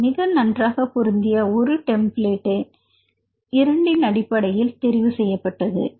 அதில் மிக நன்றாக பொருந்திய ஒரு டெம்ப்ளேட்டை இரண்டின் அடிப்படையில் தெரிவு செய்யப்பட்டது